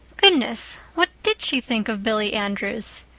goodness, what did she think of billy andrews?